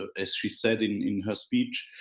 ah as she said in her speech,